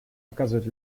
оказывает